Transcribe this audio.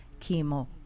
chemo